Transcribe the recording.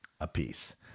apiece